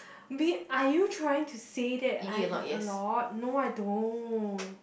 babe are you trying to say that I eat a lot no I don't